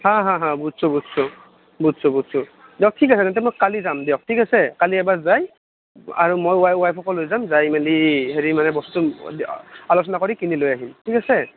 হা হা হা বুজছোঁ বুজছোঁ বুজছোঁ বুজছোঁ বুজছোঁ দিয়ক ঠিক আছে তেন্তে মই কালি যাম দিয়ক ঠিক আছে কালি এবাৰ যাই আৰু মই ৱাই ৱাইফকো লৈ যাম যায় মেলি হেৰি মানে বস্তু আলোচনা কৰি কিনি লৈ আহিম ঠিক আছে